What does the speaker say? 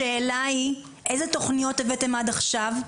השאלה היא, איזה תוכניות הבאתם עד עכשיו?